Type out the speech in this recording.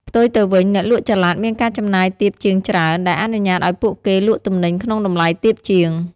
ផ្ទុយទៅវិញ អ្នកលក់ចល័តមានការចំណាយទាបជាងច្រើន ដែលអនុញ្ញាតឲ្យពួកគេលក់ទំនិញក្នុងតម្លៃទាបជាង។